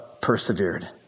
persevered